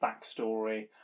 backstory